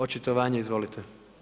Očitovanje, izvolite.